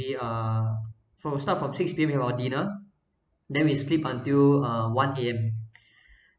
maybe uh from a start from six P_M we have our dinner then we sleep until uh one A_M